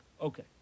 Okay